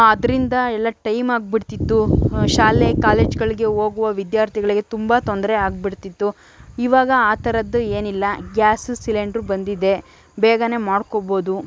ಅದರಿಂದ ಎಲ್ಲ ಟೈಮ್ ಆಗಿಬಿಡ್ತಿತ್ತು ಶಾಲೆ ಕಾಲೇಜುಗಳಿಗೆ ಹೋಗುವ ವಿದ್ಯಾರ್ಥಿಗಳಿಗೆ ತುಂಬ ತೊಂದರೆ ಆಗಿಬಿಡ್ತಿತ್ತು ಇವಾಗ ಆ ಥರದ್ದು ಏನಿಲ್ಲ ಗ್ಯಾಸು ಸಿಲೆಂಡ್ರು ಬಂದಿದೆ ಬೇಗ ಮಾಡ್ಕೋಬೋದು